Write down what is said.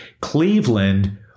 Cleveland